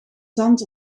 zand